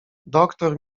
doktor